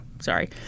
Sorry